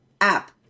app